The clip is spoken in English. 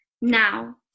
now